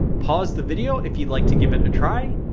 pause the video if you like to give it a try,